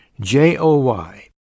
J-O-Y